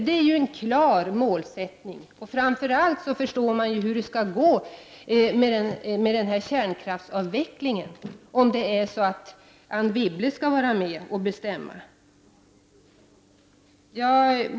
Det är ju en klar målsättning, och det är lätt att förstå hur det kommer att gå med kärnkraftsavvecklingen, om Anne Wibble skall vara med och bestämma.